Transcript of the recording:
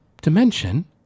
dimension